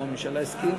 גיל),